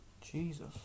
Jesus